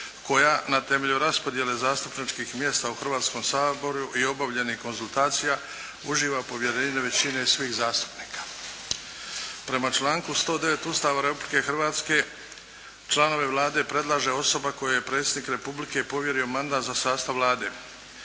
koja na temelju raspodjele zastupničkih mjesta u Hrvatskom saboru i obavljenih konzultacija uživa povjerenje većine svih zastupnika. Prema članku 109. Ustava Republike Hrvatske članove Vlade predlaže osoba kojoj je Predsjednik Republike povjerio mandat za sastav Vlade.